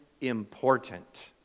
important